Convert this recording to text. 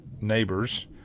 neighbors